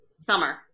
Summer